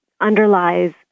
underlies